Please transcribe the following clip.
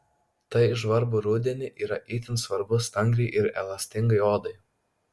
tai žvarbų rudenį yra itin svarbus stangriai ir elastingai odai